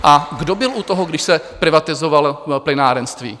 A kdo byl u toho, když se privatizovalo plynárenství?